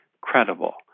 credible